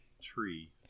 tree